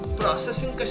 processing